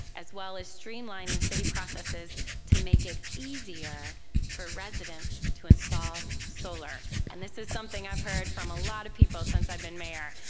as well as streamlining city processes to make it easier for residents to install solar. and this is something i've heard from a lot of people since i've been mayor,